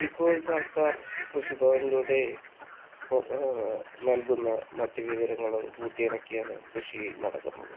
ഇപ്പോൾ സർക്കാർ കൃഷിഭവനിലൂടെ നൽകുന്ന മറ്റു വിവരങ്ങളും കൂട്ടിയിണക്കിയാണ് കൃഷി നടക്കുന്നത്